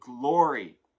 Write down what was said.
glory